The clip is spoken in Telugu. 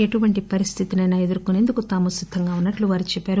ఎటువంటి పరిస్టితినైనా ఎదుర్కొనేందుకు తాము సిద్దంగా ఉన్నట్లు వారు చెప్పారు